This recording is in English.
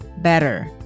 Better